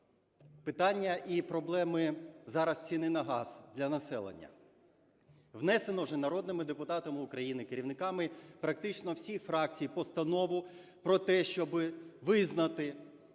Питання і проблеми зараз ціни на газ для населення. Внесено вже народними депутатами України, керівниками практично всіх фракцій постанову про те, щоби визнати